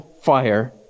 fire